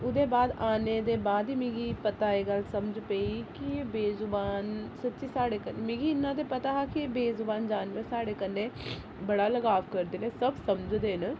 ओह्दे बाद आने दे बाद मि पता एह् गल्ल समझ कि पेई कि बेजुबान सच्ची साढ़े कन्नै मिगी इन्ना ते पता हा कि बेजुबान जानवर साढ़े कन्नै बड़ा लगाव करदे न एह् सब समझदे न